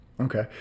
Okay